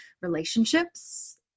relationships